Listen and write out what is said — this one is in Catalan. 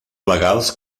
legals